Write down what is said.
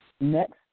Next